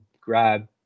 grab